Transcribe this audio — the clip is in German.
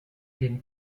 den